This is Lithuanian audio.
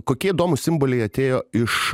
kokie įdomūs simboliai atėjo iš